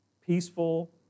peaceful